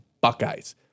Buckeyes